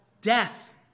Death